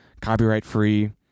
copyright-free